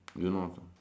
Eunos ah